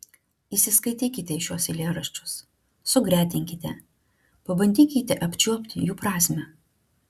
įsiskaitykite į šiuos eilėraščius sugretinkite pabandykite apčiuopti jų prasmę